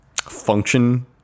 function